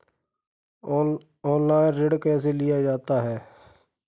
Online ऋण कैसे लिया जाता है?